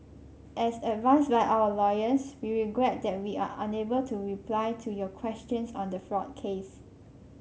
as advised by our lawyers we regret that we are unable to reply to your questions on the fraud case